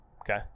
Okay